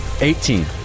Eighteen